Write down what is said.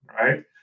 Right